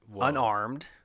unarmed